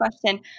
question